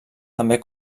també